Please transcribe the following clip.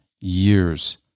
years